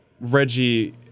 Reggie